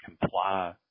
comply